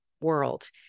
world